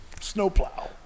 snowplow